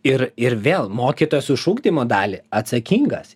ir ir vėl mokytojas už ugdymo dalį atsakingas